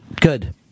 Good